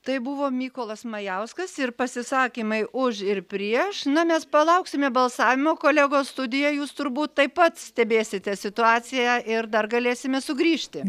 tai buvo mykolas majauskas ir pasisakymai už ir prieš na mes palauksime balsavimo kolegos studijoj jūs turbūt taip pat stebėsite situaciją ir dar galėsime sugrįžti